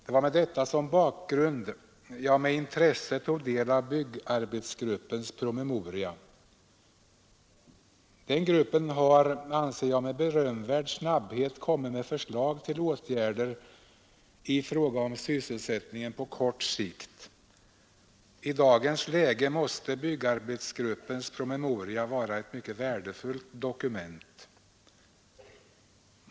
Det var med detta som bakgrund jag med intresse tog del av byggarbetsgruppens promemoria. Gruppen har, anser jag, med berömvärd snabbhet kommit med förslag till åtgärder i fråga om sysselsättningen på kort sikt. I dagens läge måste byggarbetsgruppens promemoria vara ett mycket värdefullt dokument.